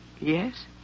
Yes